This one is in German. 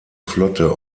flotte